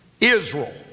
Israel